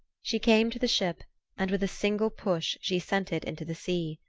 she came to the ship and with a single push she sent it into the sea.